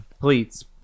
please